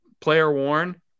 player-worn